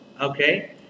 okay